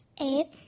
Eight